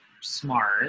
smart